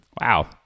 Wow